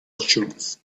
assurance